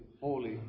Holy